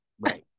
right